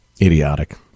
Idiotic